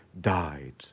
died